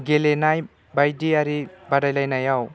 गेलेनाय बायदिआरि बादायलायनायाव